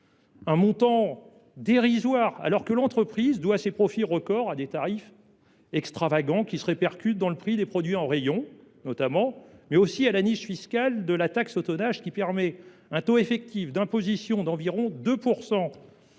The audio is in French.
Ce montant est dérisoire, alors que l’entreprise doit ses profits records à des tarifs extravagants, qui se répercutent notamment sur le prix des produits en rayon, mais aussi à la niche fiscale de la taxe au tonnage, qui permet d’être soumis à un taux effectif d’imposition d’environ 2